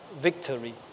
victory